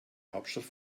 hauptstadt